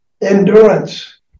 Endurance